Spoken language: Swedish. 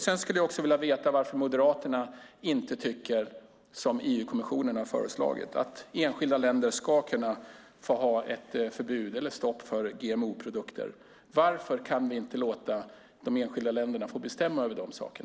Jag skulle också vilja veta varför Moderaterna inte tycker som EU-kommissionen har föreslagit: att enskilda länder ska kunna få ha ett förbud mot eller stopp för GMO-produkter. Varför kan vi inte låta de enskilda länderna få bestämma över dessa saker?